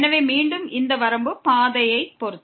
எனவே மீண்டும் இந்த லிமிட் பாதையைப் பொறுத்தது